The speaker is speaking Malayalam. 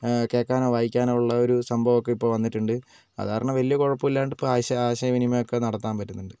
കേൾക്കാനോ വായിക്കാനോ ഉള്ള ഒരു സംഭവം ഒക്കെ ഇപ്പോൾ വന്നിട്ടുണ്ട് അത് കാരണം വലിയ കുഴപ്പമില്ലാണ്ട് ആശയവിനിമയം ഒക്കെ നടത്താൻ പറ്റുന്നുണ്ട്